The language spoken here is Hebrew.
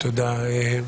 תודה.